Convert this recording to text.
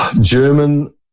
German